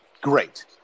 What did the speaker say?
great